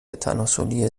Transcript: تناسلی